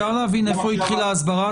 אפשר להבין איפה התחילה ההסברה?